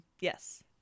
yes